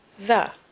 the.